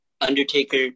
Undertaker